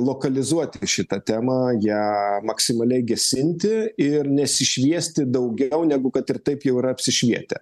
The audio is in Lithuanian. lokalizuoti šitą temą ją maksimaliai gesinti ir nesišviesti daugiau negu kad ir taip jau yra apsišvietę